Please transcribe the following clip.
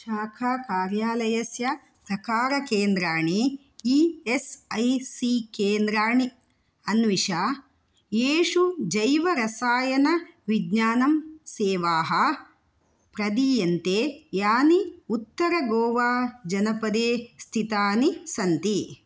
शाखाकार्यालयस्य प्रकारकेन्द्राणि E S I C केन्द्राणि अन्विष येषु जैवरसायनविज्ञानसेवाः प्रदीयन्ते यानि उत्तरगोवाजनपदे स्थितानि सन्ति